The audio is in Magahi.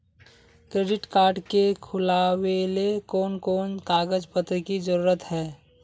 क्रेडिट कार्ड के खुलावेले कोन कोन कागज पत्र की जरूरत है?